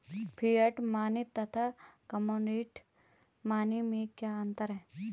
Fiat money तथा commodity money में क्या अंतर है?